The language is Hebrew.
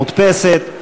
מודפסת.